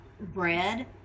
bread